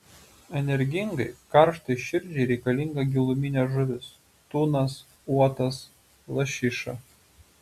energingai karštai širdžiai reikalinga giluminė žuvis tunas uotas lašiša